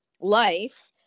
life